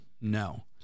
No